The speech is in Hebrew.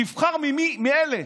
תבחר מאלה.